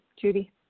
Judy